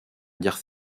guerre